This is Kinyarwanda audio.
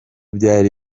byari